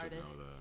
artists